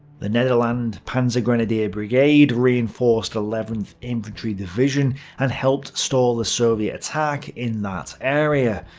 the nederland panzergrenadier brigade reinforced eleventh infantry division and helped stall the soviet attack in that area,